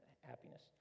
happiness